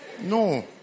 No